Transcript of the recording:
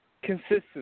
Consistent